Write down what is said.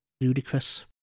ludicrous